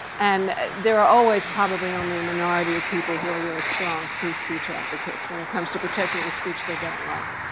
and there are always probably only a minority of people who are really strong free speech advocates when it comes to protecting the speech they don't like.